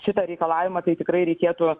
šitą reikalavimą tai tikrai reikėtų